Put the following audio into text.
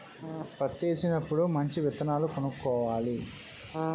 పత్తేసినప్పుడు మంచి విత్తనాలు కొనుక్కోవాలి